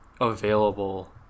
available